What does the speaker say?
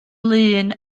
lŷn